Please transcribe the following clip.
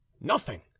Nothing